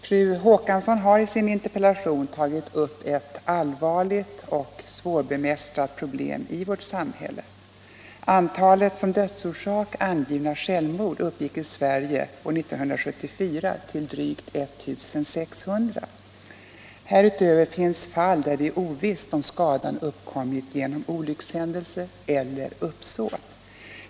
Fru Håkansson har i sin interpellation tagit upp ett allvarligt och svårbemästrat problem i vårt samhälle. Antalet fall där som dödsorsak angivits självmord uppgick i Sverige år 1974 till drygt 1600. Härutöver finns fall där det är ovisst, om skadan har uppkommit genom olyckshändelse eller uppsåt.